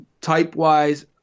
type-wise